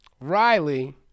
Riley